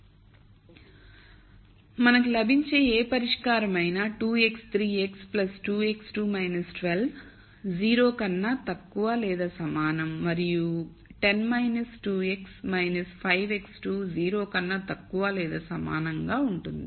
కాబట్టి మనకు లభించే ఏ పరిష్కారం అయినా 2 x3 x 2 x2 12 0 కన్నా తక్కువ లేదా సమానం మరియు 10 2 x 5 x2 0 కన్నా తక్కువ లేదా సమానంగా ఉంటుంది